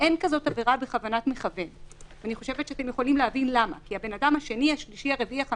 אם יש פה רשימת החרגות, אני חושב שהנושא של פעוטות